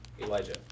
Elijah